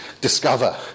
discover